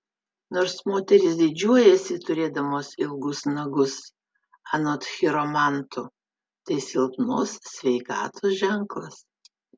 nors moterys didžiuojasi turėdamos ilgus nagus anot chiromantų tai silpnos sveikatos ženklas